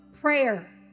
prayer